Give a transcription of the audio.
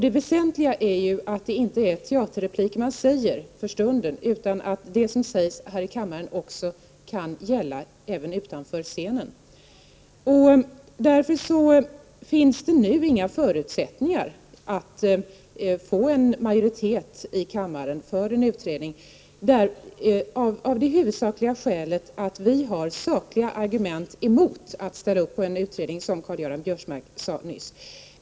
Det väsentliga är ju att det inte är teaterrepliker för stunden man säger utan att det som sägs här i kammaren kan gälla även utanför scenen. Nu finns det inte förutsättningar att få en majoritet i kammaren för en utredning, av det huvudsakliga skälet att vi har sakliga argument emot att ställa upp för en utredning, som Karl-Göran Biörsmark sade nyss.